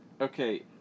okay